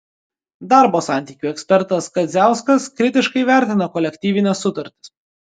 darbo santykių ekspertas kadziauskas kritiškai vertina kolektyvines sutartis